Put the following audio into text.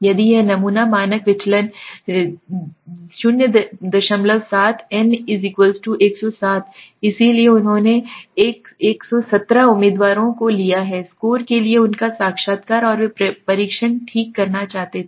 अभी यह नमूना मानक विचलन है 07 n 107 इसलिए उन्होंने 117 उम्मीदवारों को लिया है स्कोर के लिए उनका साक्षात्कार और वे परीक्षण ठीक करना चाहते थे